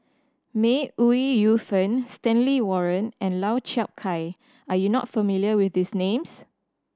May Ooi Yu Fen Stanley Warren and Lau Chiap Khai are you not familiar with these names